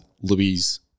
Louise